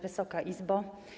Wysoka Izbo!